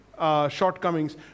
Shortcomings